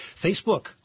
Facebook